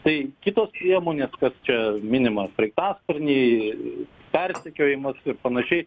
tai kitos priemonės kad čia minimas sraigtasparniai persekiojimas ir panašiai